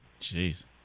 Jeez